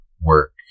work